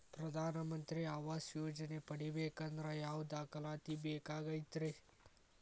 ಪ್ರಧಾನ ಮಂತ್ರಿ ಆವಾಸ್ ಯೋಜನೆ ಪಡಿಬೇಕಂದ್ರ ಯಾವ ದಾಖಲಾತಿ ಬೇಕಾಗತೈತ್ರಿ?